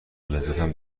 لذتم